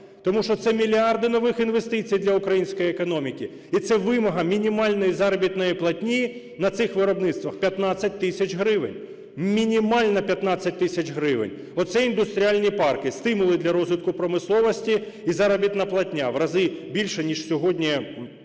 тому що це мільярди нових інвестицій для української економіки і це вимога мінімальної заробітної платні на цих виробництвах - 15 тисяч гривень, мінімальна – 15 тисяч гривень. Оце індустріальні парки: стимули для розвитку промисловості і заробітна платня в рази більша, ніж сьогодні